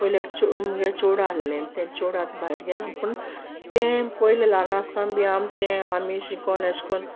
पोयलीं एक मुगे चोडूं आहलें तें चोडूं आतां भायर गेलां पूण तें पोयलीं ल्हान आसतोना तें आमी शिकोन एशें कोन्न